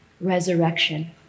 resurrection